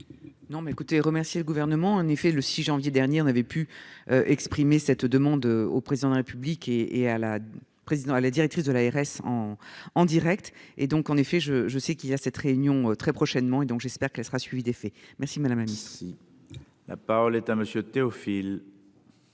Non mais écoutez remercier le gouvernement en effet le 6 janvier dernier on avait pu. Exprimer cette demande au président de la République et et à la présidence, la directrice de l'ARS en en Direct et donc en effet je je sais qu'il y a cette réunion très prochainement et donc j'espère qu'elle sera suivie d'effet. Merci la même ici. La parole est à monsieur Théophile.